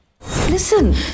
Listen